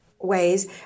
ways